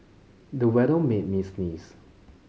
the weather made me sneeze